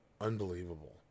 unbelievable